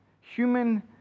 human